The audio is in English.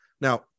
Now